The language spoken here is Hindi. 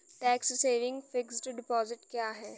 टैक्स सेविंग फिक्स्ड डिपॉजिट क्या है?